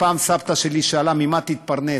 פעם סבתא שלי שאלה: ממה תתפרנס?